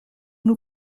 nous